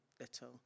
little